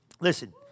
Listen